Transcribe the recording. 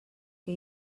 que